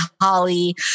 Holly